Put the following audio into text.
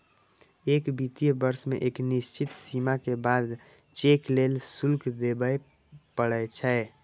एक वित्तीय वर्ष मे एक निश्चित सीमा के बाद चेक लेल शुल्क देबय पड़ै छै